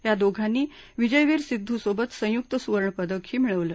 या दोघांनी विजयवीर सिद्ध सोबत संयुक्त सुवर्ण पदक ही मिळवलं